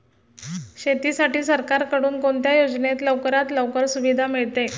शेतीसाठी सरकारकडून कोणत्या योजनेत लवकरात लवकर सुविधा मिळते?